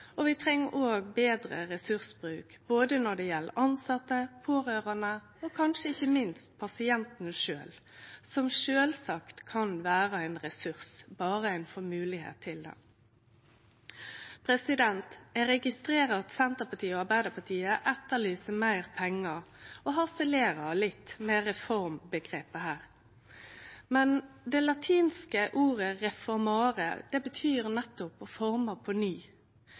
Vi treng òg betre ressursbruk når det gjeld både tilsette, pårørande og kanskje ikkje minst pasientane sjølve, som sjølvsagt kan vere ein ressurs berre dei får moglegheit til det. Eg registrerer at Senterpartiet og Arbeidarpartiet etterlyser meir pengar og harselerer litt med reformomgrepet her. Men det latinske ordet reformare betyr nettopp «å forme på ny».